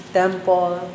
temple